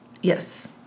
Yes